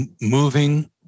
moving